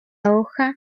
hoja